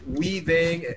weaving